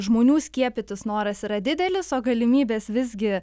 žmonių skiepytis noras yra didelis o galimybės visgi